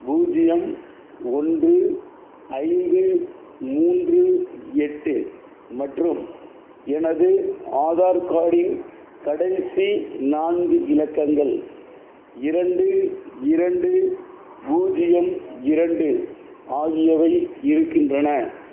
பூஜ்ஜியம் ஒன்று ஐந்து மூன்று எட்டு மற்றும் எனது ஆதார் கார்டின் கடைசி நான்கு இலக்கங்கள் இரண்டு இரண்டு பூஜ்ஜியம் இரண்டு ஆகியவை இருக்கின்றன